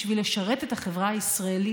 בשביל לשרת את החברה הישראלית,